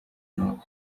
nord